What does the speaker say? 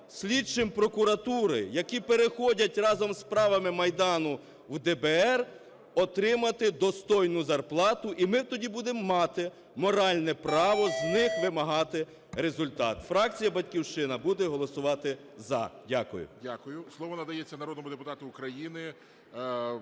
слідчим прокуратури, які переходять разом із справами Майдану в ДБР, отримати достойну зарплату. І ми тоді будемо мати моральне право з них вимагати результат. Фракція "Батьківщина" буде голосувати "за". Дякую.